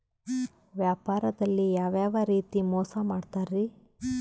ವ್ಯಾಪಾರದಲ್ಲಿ ಯಾವ್ಯಾವ ರೇತಿ ಮೋಸ ಮಾಡ್ತಾರ್ರಿ?